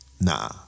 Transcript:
Nah